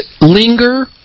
linger